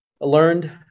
learned